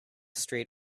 street